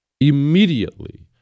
immediately